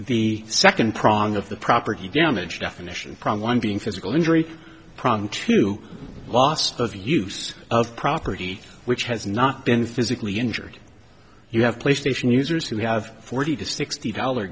the second prong of the property damage definition problem one being physical injury prone to loss of use of property which has not been physically injured you have playstation users who have forty to sixty dollar